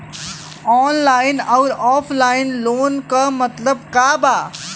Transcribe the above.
Online अउर offline loan क मतलब का बा?